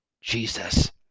Jesus